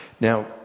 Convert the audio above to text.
Now